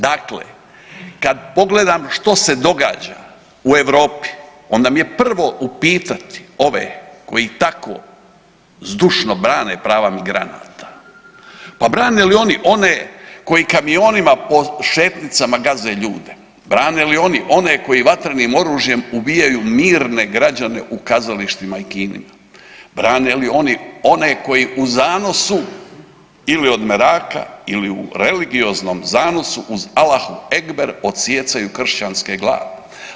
Dakle, kad pogledam što se događa u Europi onda mi je prvo upitati ove koji tako zdušno brane prava migranata, pa brane li oni one koji kamionima po šetnicama gaze ljude, brane li oni one koji vatrenim oružjem ubijaju mirne građane u kazalištima i kinima, brane li oni one koji u zanosu ili od meraka ili u religioznom zanosu uz Alah ekber odsijecaju kršćanske glave.